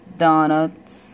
donuts